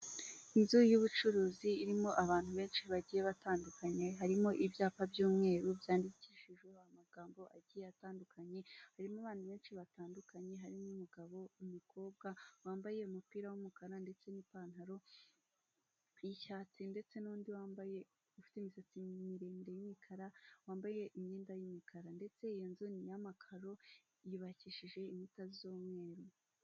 Inzu y'ubucuruzi irimo abantu benshi bagiye batandukanye, harimo ibyapa by'umweru byandikishijweho amagambo agiye atandukanye, harimo abantu benshi batandukanye arimo umugabo ndetse n,umukobwa wambaye umupira w'umukara ndetse n'ipantaro y'icyatsi, ndetse n'undi wambaye ufite imisatsi miremire y'umukara wambaye imyenda y'imikara ndetse inzu ni iy'amakaro yubakishije inkuta z'umweru.